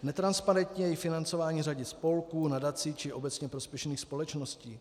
Netransparentní je i financování řady spolků, nadací či obecně prospěšných společností.